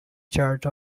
charge